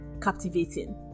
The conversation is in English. captivating